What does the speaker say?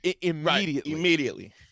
immediately